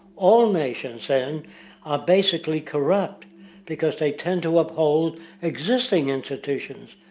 all nations then are basically corrupt because they tend to uphold existing institutons.